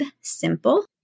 simple